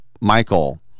Michael